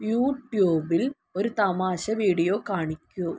യൂട്യൂബിൽ ഒരു തമാശ വീഡിയോ കാണിക്കൂ